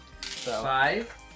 Five